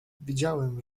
widziałem